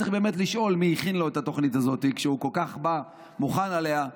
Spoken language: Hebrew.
צריך באמת לשאול מי הכין לו את התוכנית הזאת שהוא בא כל כך מוכן אליה.